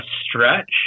stretch